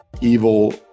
evil